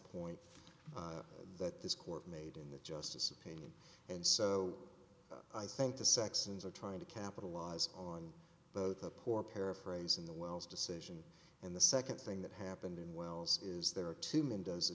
point that this court made in the justice of pain and so i think the sexton's are trying to capitalize on both a poor paraphrase in the wells decision and the second thing that happened in wells is there are two mendoza